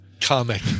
comic